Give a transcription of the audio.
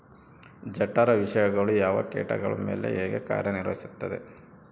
ಜಠರ ವಿಷಯಗಳು ಯಾವ ಕೇಟಗಳ ಮೇಲೆ ಹೇಗೆ ಕಾರ್ಯ ನಿರ್ವಹಿಸುತ್ತದೆ?